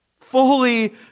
Fully